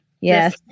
yes